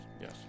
Yes